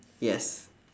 yes